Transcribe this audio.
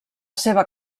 seva